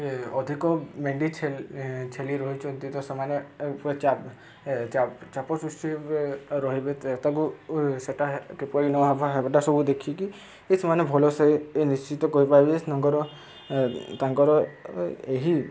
ଅଧିକ ମେଣ୍ଡି ଛେଳି ଛେଳି ରହିଛନ୍ତି ତ ସେମାନେ ଚାପ ସୃଷ୍ଟି ରହିବେ ତାକୁ ସେଟା କିପରି ନେବା ହେବାଟା ସବୁ ଦେଖିକି ସେମାନେ ଭଲସେ ନିଶ୍ଚିତ କହିପାରିବେ ତାଙ୍କର ତାଙ୍କର ଏହି